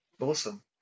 Awesome